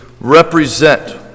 represent